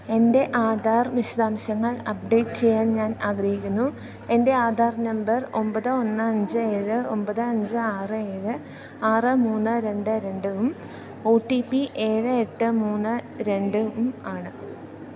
എൻ്റെ ആധാർ വിശദാംശങ്ങൾ അപ്ഡേറ്റ് ചെയ്യാൻ ഞാൻ ആഗ്രഹിക്കുന്നു എൻ്റെ ആധാർ നമ്പർ ഒമ്പത് ഒന്ന് അഞ്ച് ഏഴ് ഒമ്പത് അഞ്ച് ആറ് ഏഴ് ആറ് മൂന്ന് രണ്ട് രണ്ട് ഉം ഒ ടി പി എഴ് എട്ട് മൂന്ന് രണ്ടും ആണ്